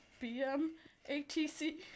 B-M-A-T-C